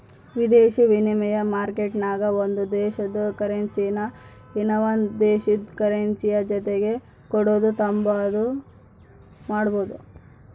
ವಿದೇಶಿ ವಿನಿಮಯ ಮಾರ್ಕೆಟ್ನಾಗ ಒಂದು ದೇಶುದ ಕರೆನ್ಸಿನಾ ಇನವಂದ್ ದೇಶುದ್ ಕರೆನ್ಸಿಯ ಜೊತಿಗೆ ಕೊಡೋದು ತಾಂಬಾದು ಮಾಡ್ಬೋದು